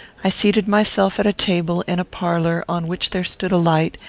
i seated myself at a table, in a parlour, on which there stood a light,